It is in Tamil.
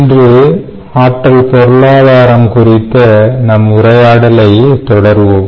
இன்று ஆற்றல் பொருளாதாரம் குறித்த நம் உரையாடலை தொடர்வோம்